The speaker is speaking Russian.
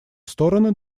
стороны